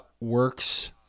works